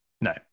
No